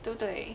对不对